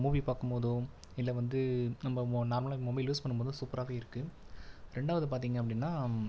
movie பார்க்கும்போதோ இல்லை வந்து நம்ம நார்மலாக மொபைல் யூஸ் பண்ணும் போதும் சூப்பராகவே இருக்குது ரெண்டாவது பார்த்தீங்க அப்படின்னால்